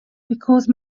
because